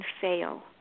fail